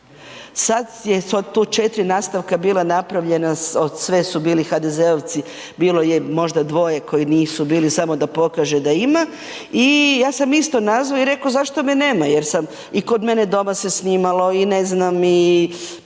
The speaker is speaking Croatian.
Sada je tu u četiri nastavka bila napravljena, sve su bili HDZ-ovci, bilo je možda dvoje koji nisu bili samo da pokaže da ima. I ja sam isto nazvao i rekao zašto me nema jer i kod mene doma se snimalo i na nekakvom